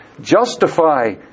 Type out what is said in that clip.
Justify